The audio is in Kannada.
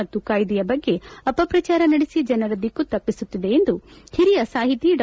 ಮತ್ತು ಕಾಯ್ದೆಯ ಬಗ್ಗೆ ಅಪಪ್ರಚಾರ ನಡೆಸಿ ಜನರ ದಿಕ್ಕು ತಪ್ಪಿಸುತ್ತಿದೆ ಎಂದು ಹಿರಿಯ ಸಾಹಿತಿ ಡಾ